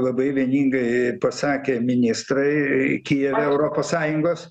labai vieningai pasakė ministrai kijeve europos sąjungos